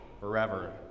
forever